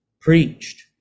preached